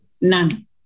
None